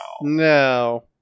No